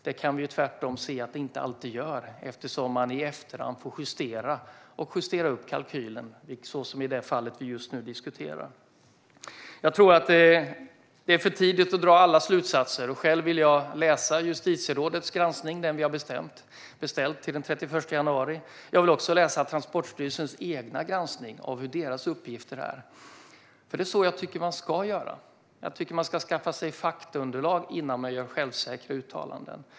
Det kan vi tvärtom se att det inte alltid gör eftersom man i efterhand får justera och justera upp kalkylen, precis som i det fall vi just nu diskuterar. Det är för tidigt att dra alla slutsatser. Själv vill jag läsa justitierådets granskning, en utredning som har beställts och ska redovisas den 31 januari. Jag vill också läsa Transportstyrelsens egen granskning av deras uppgifter. Det är så jag tycker att man ska göra. Jag tycker att man ska skaffa sig faktaunderlag innan man gör självsäkra uttalanden.